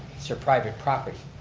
so private property,